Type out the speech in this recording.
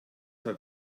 mehr